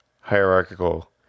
hierarchical